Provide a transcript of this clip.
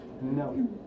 No